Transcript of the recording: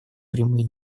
прямые